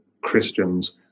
christians